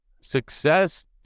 Success